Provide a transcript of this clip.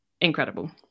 incredible